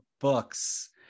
books